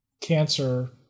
cancer